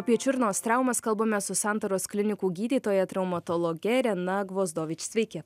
apie čiurnos traumas kalbame su santaros klinikų gydytoja traumatologe rena gvozdovič sveiki